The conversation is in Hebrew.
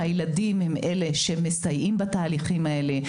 שהילדים הם אלה שמסייעים בתהליכים האלה.